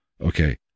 Okay